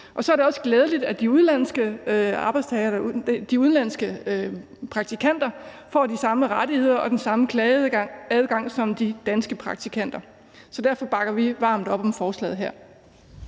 Så er det også glædeligt, at de udenlandske praktikanter får de samme rettigheder og den samme klageadgang som de danske praktikanter. Derfor bakker vi varmt op om forslaget her.